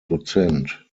dozent